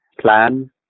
plan